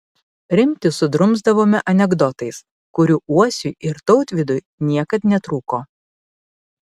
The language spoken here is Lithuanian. rimtį sudrumsdavome anekdotais kurių uosiui ir tautvydui niekad netrūko